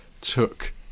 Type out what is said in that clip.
took